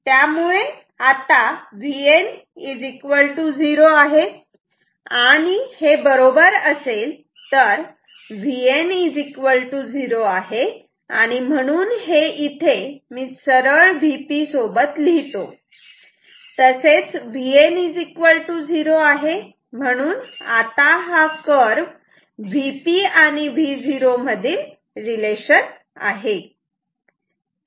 त्यामुळे आता Vn 0 आहे आणि हे बरोबर असेल तर Vn 0 आहे आणि म्हणून हे इथे मी सरळ Vp सोबत लिहितो तसेच Vn 0 आहे म्हणून आता हा कर्व Vp आणि V0 मधील रिलेशन आहे